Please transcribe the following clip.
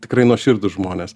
tikrai nuoširdūs žmonės